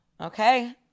Okay